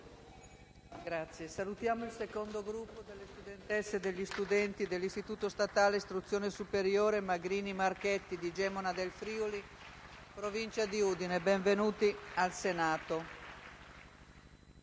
Salutiamo il secondo gruppo delle studentesse e degli studenti dell'Istituto statale di istruzione superiore «Magrini e Marchetti» di Gemona del Friuli, in provincia di Udine. Benvenuti al Senato.